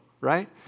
right